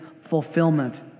fulfillment